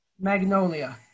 Magnolia